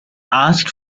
asked